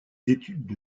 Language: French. études